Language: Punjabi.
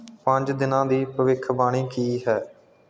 ਪੰਜ ਦਿਨਾਂ ਦੀ ਭਵਿੱਖਬਾਣੀ ਕੀ ਹੈ